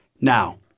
Now